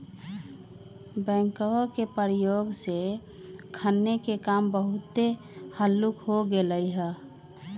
backhoe के प्रयोग से खन्ने के काम बहुते हल्लुक हो गेलइ ह